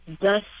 thus